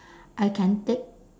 I can take